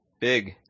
big